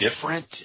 different